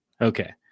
Okay